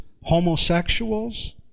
homosexuals